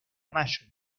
mayo